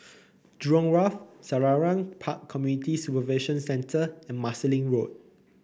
Jurong Wharf Selarang Park Community Supervision Centre and Marsiling Road